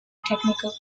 technical